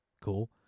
cool